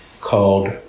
called